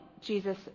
Jesus